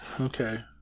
Okay